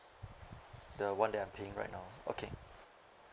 the one that I'm paying right now okay